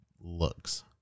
looks